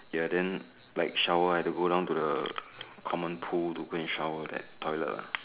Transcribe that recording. ya then like shower I have to go down to the common pool to go and shower that toilet lah